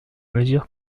mesures